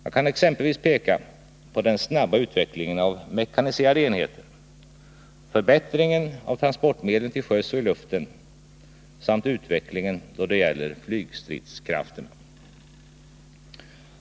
Jag kan exempelvis peka på den snabba utvecklingen av mekaniserade enheter, förbättringen av transportmedlen till sjöss och i luften samt utvecklingen då det gäller flygstridskrafterna.